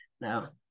Now